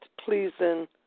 pleasing